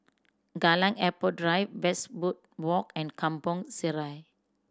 Kallang Airport Drive Westwood Walk and Kampong Sireh